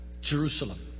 Jerusalem